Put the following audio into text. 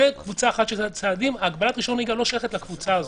זאת קבוצה אחת של צעדים והגבלת רישיון נהיגה לא שייכת לקבוצה הזאת.